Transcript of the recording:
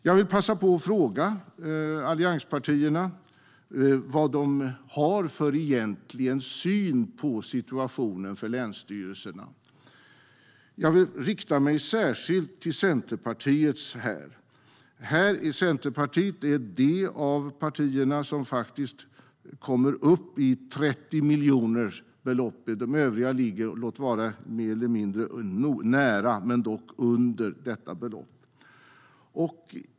Jag vill passa på att fråga allianspartierna vad de egentligen har för syn på situationen för länsstyrelserna. Här riktar jag mig särskilt till Centerpartiet. Centerpartiet är det av partierna som faktiskt kommer upp i 30 miljoner. Övriga må vara nära nog men ligger dock under detta belopp.